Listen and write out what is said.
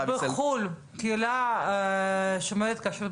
ישראל --- בחו"ל קהילה שומרת כשרות,